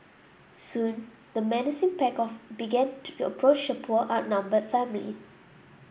soon the menacing pack of began to approach the poor outnumbered family